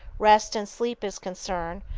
rest and sleep is concerned,